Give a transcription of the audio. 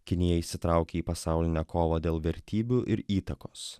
kinija įsitraukė į pasaulinę kovą dėl vertybių ir įtakos